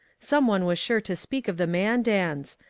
some one was sure to speak of the mandans,